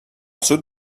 sud